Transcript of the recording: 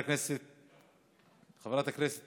חברת הכנסת